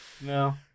no